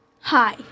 Hi